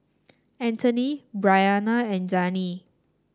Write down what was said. Antony Bryana and Zane